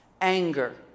anger